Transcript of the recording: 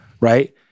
right